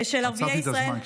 עצרתי את הזמן כשהפריעו.